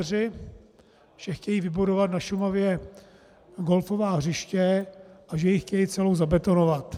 Že chtějí vybudovat na Šumavě golfová hřiště a že ji chtějí celou zabetonovat.